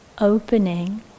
opening